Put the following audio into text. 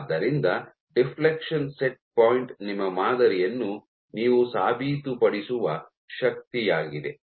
ಆದ್ದರಿಂದ deflection set point ನಿಮ್ಮ ಮಾದರಿಯನ್ನು ನೀವು ಸಾಬೀತುಪಡಿಸುವ ಶಕ್ತಿಯಾಗಿದೆ